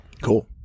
Cool